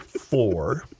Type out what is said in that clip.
four